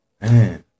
Man